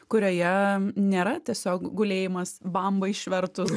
kurioje nėra tiesiog gulėjimas bambą išvertus